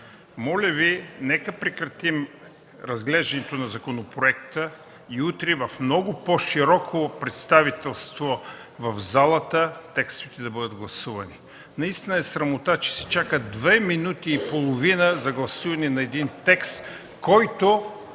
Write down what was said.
Моля Ви, нека прекратим разглеждането на законопроекта и утре в много по-широко представителство в залата, текстовете да бъдат гласувани. Наистина е срамота, че се чака две минути и половина за гласуване на един текст, който